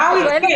מה הוא הסביר?